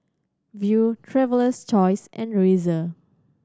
Viu Traveler's Choice and Razer